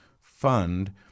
fund